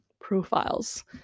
profiles